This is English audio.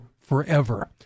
forever